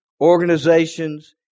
organizations